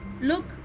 look